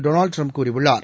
டொனால்டுடிரம்ப்கூறியுள்ளார்